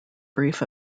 brief